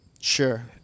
Sure